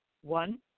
one